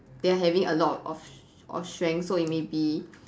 they are having a lot of of strength so it may be